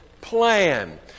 plan